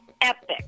epic